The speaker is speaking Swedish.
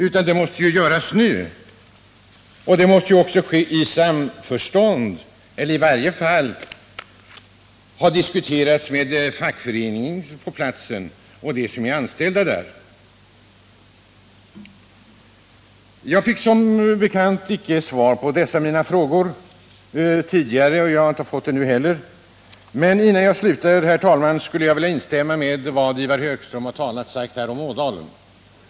Åtgärderna måste vidtas nu och i samförstånd med fackföreningen på platsen — i varje fall måste man ha diskuterat med den och med de anställda. Jag fick som bekant inte svar på mina frågor tidigare och har inte fått det nu heller. Men innan jag slutar, herr talman, skulle jag vilja instämma i vad Ivar Högström sagt om Ådalen.